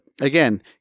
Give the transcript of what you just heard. again